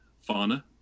fauna